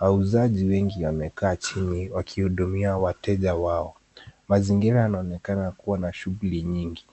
Wauzaji wengi wamekaa chini wakihudumia wateja wao. Mazingira yanaonekana kuwa na shughuli nyingi.